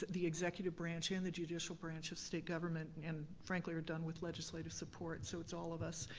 the executive branch and the judicial branch of state government. and frankly, are done with legislative support, so it's all of us.